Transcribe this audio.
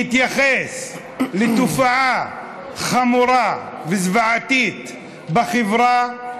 להתייחס לתופעה חמורה וזוועתית בחברה,